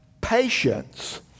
patience